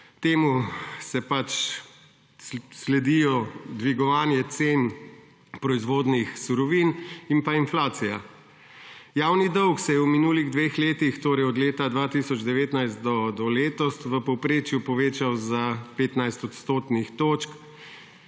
Temu pač sledi dvigovanje cen proizvodnih surovin in inflacija. Javni dolg se je v minulih dveh letih, torej od leta 2019 do letos, v povprečju povečal za 15 odstotnih točk,